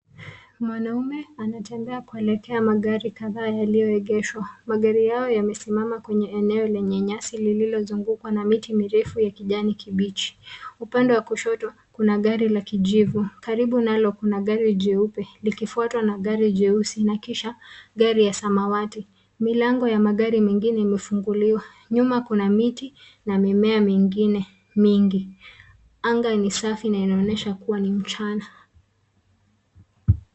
Mwanamume anatembea kuelekea magari kadhaa yaliyoegeshwa. Magari hayo yamesimama kwenye eneo lenye nyasi lililozungukwa na miti mirefu ya kijani kibichi. Upande wa kushoto kuna gari la kijivu. Karibu nalo kuna gari jeupe likifuatwa na gari jeusi na kisha gari la samawati. Milango ya magari mengine imefunguliwa. Nyuma kuna miti na mimea mengine mingi. anga ni safi na inaonyesha kuwa ni mchana.